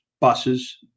buses